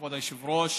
כבוד היושב-ראש,